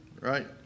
right